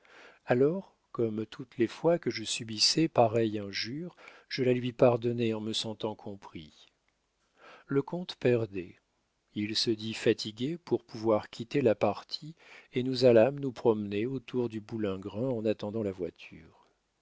alors comme toutes les fois que je subissais pareille injure je la lui pardonnais en me sentant compris le comte perdait il se dit fatigué pour pouvoir quitter la partie et nous allâmes nous promener autour du boulingrin en attendant la voiture